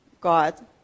God